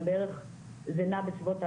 אבל בערך זה נע בסביבות,